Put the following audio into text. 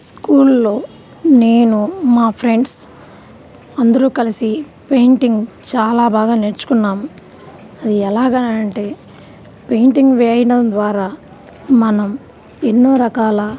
స్కూల్లో నేను మా ఫ్రెండ్స్ అందరు కలిసి పెయింటింగ్ చాలా బాగా నేర్చుకున్నాం అది ఎలాగా అంటే పెయింటింగ్ వేయడం ద్వారా మనం ఎన్నో రకాల